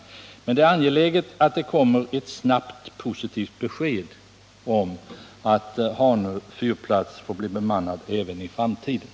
Men det är angeläget att det kommer ett snabbt positivt besked om att Hanö fyrplats får förbli bemannad även i framtiden.